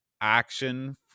action